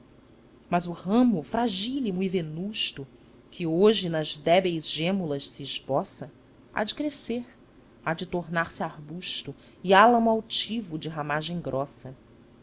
mas o ramo fragílimo e venusto que hoje nas débeis gêmulas se esboça há de crescer há de tornar-se arbusto e álamo altivo de ramagem grossa